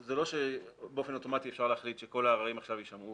זה לא שבאופן אוטומטי אפשר להחליט שכל העררים עכשיו יישמעו